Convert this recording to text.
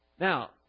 Now